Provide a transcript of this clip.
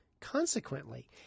Consequently